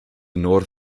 north